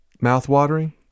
mouth-watering